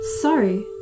Sorry